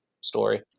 story